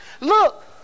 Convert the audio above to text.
Look